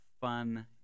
fun